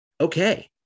okay